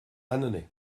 annonay